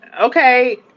okay